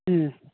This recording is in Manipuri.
ꯎꯝ